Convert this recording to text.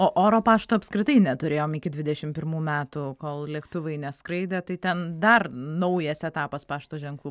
o oro pašto apskritai neturėjom iki dvidešim pirmų metų kol lėktuvai neskraidė tai ten dar naujas etapas pašto ženklų